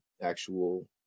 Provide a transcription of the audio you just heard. actual